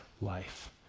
life